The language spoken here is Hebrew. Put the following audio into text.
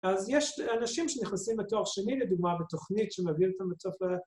‫אז יש אנשים שנכנסים לתואר שני, ‫לדוגמה, בתוכנית שמעביר אותם לתוך ה...